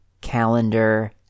Calendar